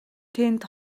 тэнд